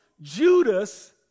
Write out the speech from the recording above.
Judas